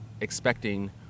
expecting